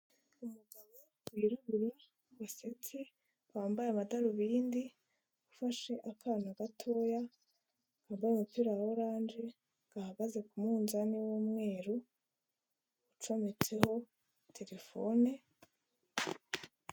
Umugabo nyiraguru basetse wambaye amadarubindi, ufashe akana gatoya aba umuto ya wa oranje gahagaze ku munzani w'umweru ucometseho terefone.